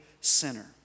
sinner